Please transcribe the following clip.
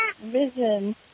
vision